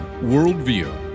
worldview